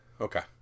Okay